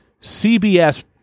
CBS